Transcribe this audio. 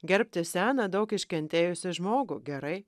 gerbti seną daug iškentėjusį žmogų gerai